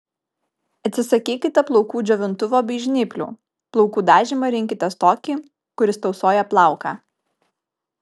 atsisakykite plaukų džiovintuvo bei žnyplių plaukų dažymą rinkitės tokį kuris tausoja plauką